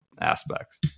aspects